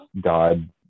God